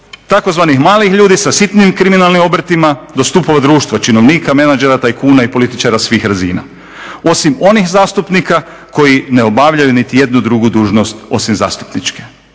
od tzv. malih ljudi sa sitnim kriminalnim obrtima do stupova društva činovnika, menadžera, tajkuna i političara svih razina osim onih zastupnika koji ne obavljaju niti jednu drugu dužnost osim zastupničke.